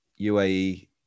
UAE